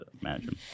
imagine